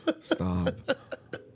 Stop